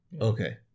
Okay